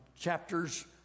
chapters